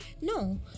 No